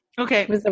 Okay